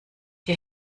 dir